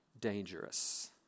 dangerous